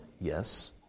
Yes